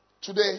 Today